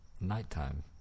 nighttime